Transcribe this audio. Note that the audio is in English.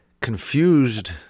confused